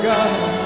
God